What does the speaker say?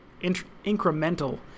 incremental